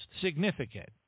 significant